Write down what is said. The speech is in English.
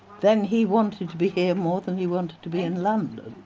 then he wanted to be here more than he wanted to be in london.